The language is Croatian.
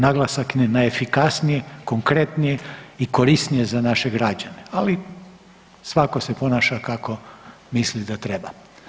Naglasak je na efikasnije, konkretnije i korisnije za naše građane, ali svako se ponaša kako misli da treba.